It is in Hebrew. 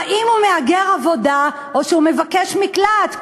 אם הוא מהגר עבודה או שהוא מבקש מקלט.